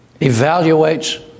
evaluates